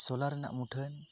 ᱥᱳᱞᱟ ᱨᱮᱱᱟᱜ ᱢᱩᱴᱷᱟᱹᱱ